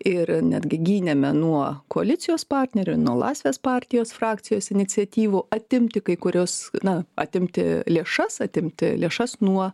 ir netgi gynėme nuo koalicijos partnerių nuo laisvės partijos frakcijos iniciatyvų atimti kai kuriuos na atimti lėšas atimti lėšas nuo